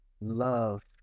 love